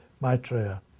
Maitreya